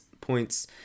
points